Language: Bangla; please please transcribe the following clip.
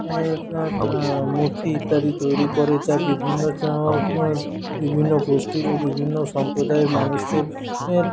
মূর্তি ইত্যাদি তৈরি করে যা বিভিন্ন বিভিন্ন গোষ্ঠীর ও বিভিন্ন সম্প্রদায়ের মানুষদের